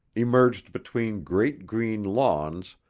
emerged between great green lawns,